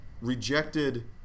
rejected